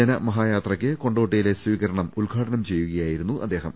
ജനമഹായാത്രയ്ക്ക് കൊണ്ടോട്ടിയിലെ സ്വീകരണം ഉദ്ഘാടനം ചെയ്യുകയായിരുന്നു അദ്ദേഹം